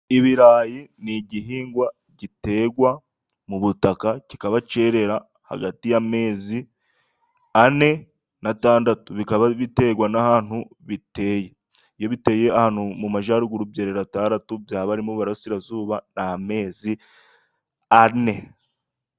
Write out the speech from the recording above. Ibirayi ni igihingwa giterwa mu butaka kikaba cyerera hagati y'amezi ane n'atandatu, bikaba biterwa n'ahantu biteye. Iyo biteye ahantu mu majyaruguru byerera atandatu, haba ari mu burasirazuba ni amezi ane.